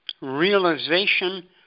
realization